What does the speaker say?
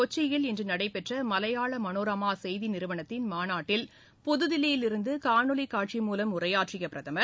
கொச்சியில் இன்று நடைபெற்ற மலையாள மனோரமா செய்தி நிறுவனத்தின் மாநாட்டில் புதுதில்லியிலிருந்து காணொலி காட்சி மூலம் உரையாற்றிய பிரதமர்